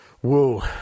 Whoa